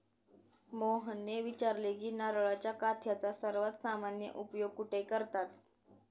मोहनने विचारले की नारळाच्या काथ्याचा सर्वात सामान्य उपयोग कुठे करतात?